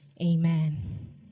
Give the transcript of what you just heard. Amen